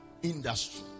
industry